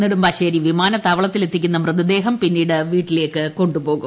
നെടുമ്പാശ്ശേരി വിമാനത്താവളത്തിൽ എത്തിക്കുന്ന മൃതദേഹം പിന്നീട് വീട്ടിലേക്ക് കൊണ്ടുപോകും